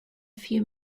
few